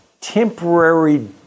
temporary